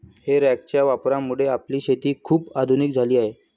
हे रॅकच्या वापरामुळे आपली शेती खूप आधुनिक झाली आहे